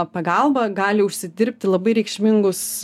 pagalba gali užsidirbti labai reikšmingus